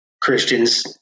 christians